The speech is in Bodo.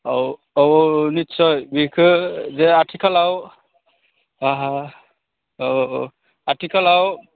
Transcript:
औ औ निस्सय बेखौ जे आथिखालाव औ आथिखालाव